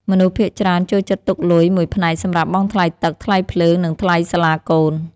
មនុស្សភាគច្រើនចូលចិត្តទុកលុយមួយផ្នែកសម្រាប់បង់ថ្លៃទឹក ថ្លៃភ្លើង និងថ្លៃសាលាកូន។